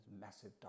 massive